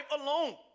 alone